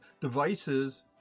devices